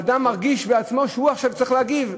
האדם מרגיש בעצמו שעכשיו הוא צריך להגיב.